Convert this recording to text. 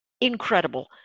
incredible